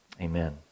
Amen